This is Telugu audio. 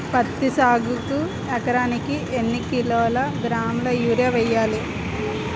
పత్తి సాగుకు ఎకరానికి ఎన్నికిలోగ్రాములా యూరియా వెయ్యాలి?